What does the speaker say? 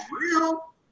real